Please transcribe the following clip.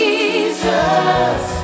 Jesus